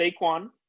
Saquon